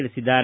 ತಿಳಿಸಿದ್ದಾರೆ